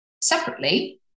separately